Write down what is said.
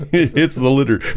it's the litter